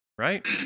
Right